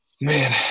Man